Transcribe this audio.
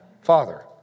father